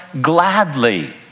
gladly